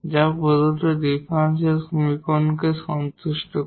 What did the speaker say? যা প্রদত্ত ডিফারেনশিয়াল সমীকরণকে সন্তুষ্ট করে